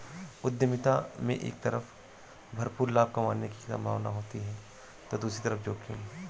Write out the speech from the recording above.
उद्यमिता में एक तरफ भरपूर लाभ कमाने की सम्भावना होती है तो दूसरी तरफ जोखिम